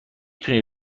تونی